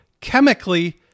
chemically